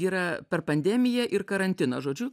yra per pandemiją ir karantiną žodžiu